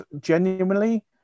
genuinely